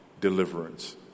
deliverance